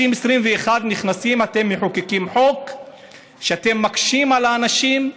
21 אנשים נכנסים ואתם מחוקקים חוק שאתם מקשים על האנשים,